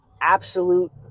absolute